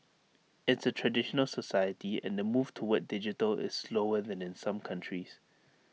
it's A traditional society and the move toward digital is slower than in some countries